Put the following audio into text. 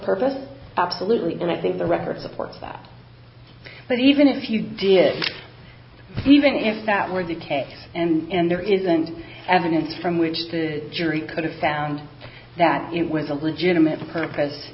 purpose absolutely and i think the record supports that but even if you did even if that were the case and there isn't evidence from which the jury could have found that it was a legitimate purpose